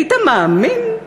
היית מאמין?